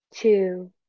two